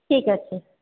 ঠিক আছে